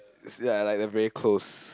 ya like the very close